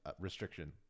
restriction